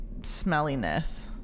smelliness